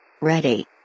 Ready